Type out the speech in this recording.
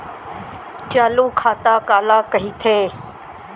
चालू खाता काला कहिथे?